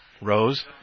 Rose